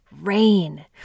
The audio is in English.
Rain